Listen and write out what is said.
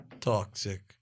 toxic